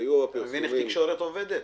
אתה מבין איך תקשורת עובדת?